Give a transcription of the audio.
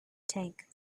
tank